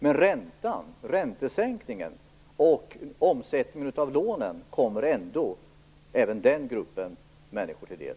Men räntesänkningen och omsättningen av lånen kommer ändå även den gruppen människor till del.